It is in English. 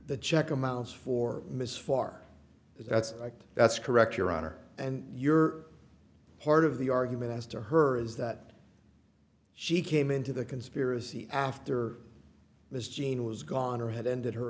the check amounts for ms far that's correct that's correct your honor and your part of the argument as to her is that she came into the conspiracy after this gene was gone or had ended her